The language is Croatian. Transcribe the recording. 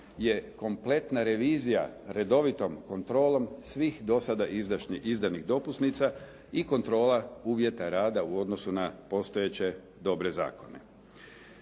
je kompletna revizija redovitom kontrolom svih do sada izdanih dopusnica i kontrola uvjeta rada u odnosu na postojeće dobre zakone.